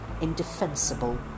Indefensible